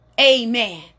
Amen